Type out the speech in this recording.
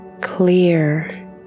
clear